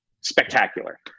Spectacular